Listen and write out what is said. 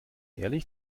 ehrlich